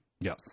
Yes